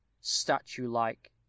statue-like